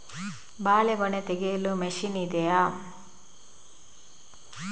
ಬಾಳೆಗೊನೆ ತೆಗೆಯಲು ಮಷೀನ್ ಇದೆಯಾ?